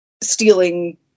stealing